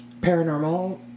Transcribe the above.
paranormal